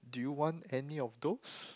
do you want any of those